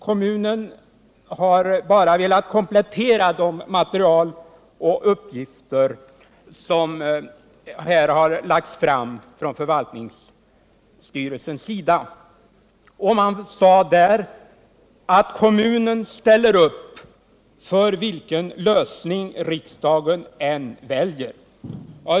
Kommunen har bara velat komplettera det material och de uppgifter som här har lagts fram av förvaltningsstyrelsen. Man sade där att kommunen ställer upp för vilken lösning riksdagen än väljer.